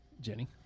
Jenny